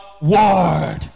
word